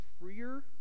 freer